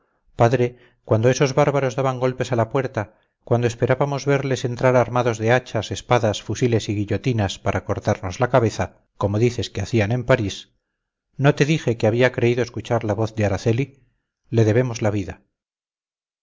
padre cuando esos bárbaros daban golpes a la puerta cuando esperábamos verles entrar armados de hachas espadas fusiles y guillotinas para cortarnos la cabeza como dices que hacían en parís no te dije que había creído escuchar la voz de araceli le debemos la vida